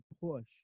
push